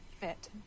fit